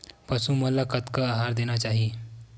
पशु मन ला कतना आहार देना चाही?